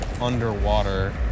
underwater